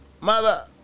mother